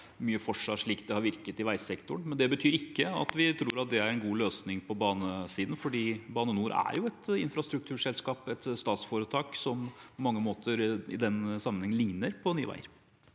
mye for seg slik det har virket i veisektoren. Det betyr ikke at vi tror det er en god løsning på jernbanesiden, for Bane NOR er et infrastrukturselskap, et statsforetak som på mange måter i den sammenhengen ligner på Nye veier.